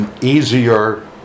easier